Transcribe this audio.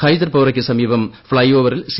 ഹൈദർപ്പോറയ്ക്ക് സമീപം ഫ്ളൈഓവറിൽ സി